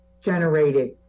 generated